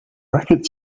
racket